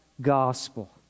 gospel